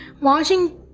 Washington